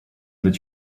that